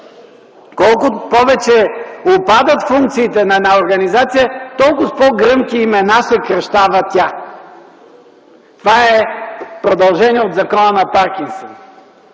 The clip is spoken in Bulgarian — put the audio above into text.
колкото повече упадат функциите на една организация, толкова по-гръмки имена съкращава тя. Това е продължение от Закона на Паркинсон